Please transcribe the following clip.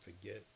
forget